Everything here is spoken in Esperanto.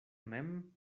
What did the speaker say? mem